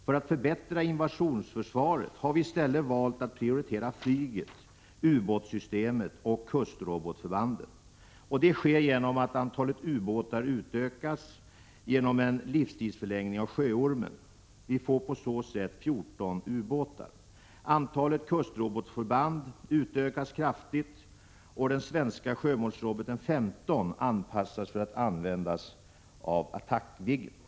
För att förbättra invasionsförsvaret har vi i stället valt att prioritera flyget, ubåtssystemet och kustrobotförbanden. Det sker genom att antalet ubåtar utökas genom en livstidsförlängning av Sjöormen. Vi får på så sätt 14 ubåtar. Antalet kustrobotförband utökas kraftigt, och den svenska sjömålsroboten 15 anpassas för att användas av Attackviggen.